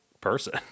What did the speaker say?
person